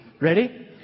Ready